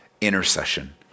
intercession